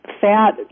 fat